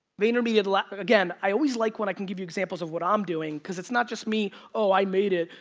vaynermedia, like again, i always like when i can give you examples of what i'm doing. cause, it's not just me, oh i made it,